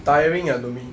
tiring ah to me